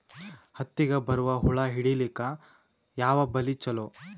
ಹತ್ತಿಗ ಬರುವ ಹುಳ ಹಿಡೀಲಿಕ ಯಾವ ಬಲಿ ಚಲೋ?